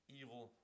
evil